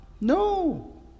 No